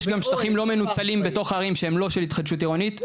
יש גם שטחים לא מנוצלים בתוך הערים שהם לא של התחדשות עירונית.